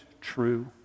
true